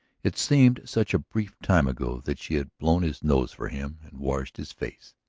it seemed such a brief time ago that she had blown his nose for him and washed his face.